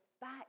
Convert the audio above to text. back